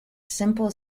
simple